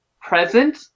present